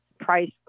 price